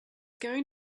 going